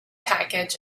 package